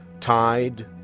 Tide